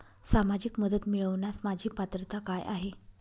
सामाजिक मदत मिळवण्यास माझी पात्रता आहे का?